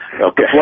Okay